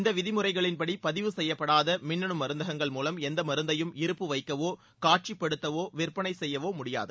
இந்த விதிமுறைகளின்படி பதிவு செய்யப்படாத மின்னனு மருந்தகங்கள் மூலம் எந்த மருந்தையும் இருப்பு வைக்கவோ காட்சி படுத்தவோ விற்பனை செய்யவோ முடியாது